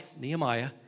Nehemiah